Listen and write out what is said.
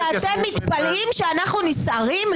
ואתם מתפלאים שאנחנו נסערים?